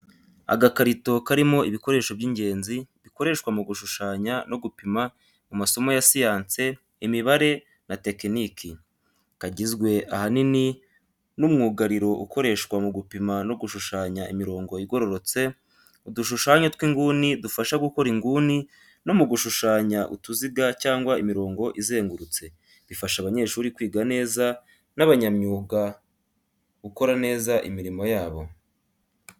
Agakarito karimo ibikoresho by’ingenzi bikoreshwa mu gushushanya no gupima mu masomo ya siyansi, imibare, na tekiniki. Kagizwe ahanini n’umwugariro ukoreshwa mu gupima no gushushanya imirongo igororotse, udushushanyo tw’inguni dufasha gukora inguni, no mu gushushanya utuziga cyangwa imirongo izengurutse. Bifasha abanyeshuri kwiga neza, n'abanyamyuga gukora neza imirimo yabo.